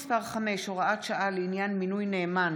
מס' 5) (הוראת שעה לעניין מינוי נאמן,